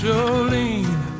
Jolene